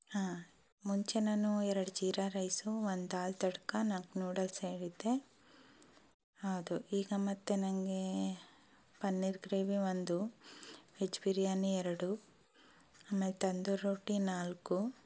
ಹಾಂ ಮುಂಚೆ ನಾನು ಎರಡು ಜೀರಾ ರೈಸು ಒಂದು ದಾಲ್ ತಡ್ಕ ನಾಲ್ಕು ನೂಡಲ್ಸ್ ಹೇಳಿದ್ದೆ ಹೌದು ಈಗ ಮತ್ತೆ ನನಗೆ ಪನೀರ್ ಗ್ರೇವಿ ಒಂದು ವೆಜ್ ಬಿರ್ಯಾನಿ ಎರಡು ಆಮೇಲೆ ತಂದೂರಿ ರೋಟಿ ನಾಲ್ಕು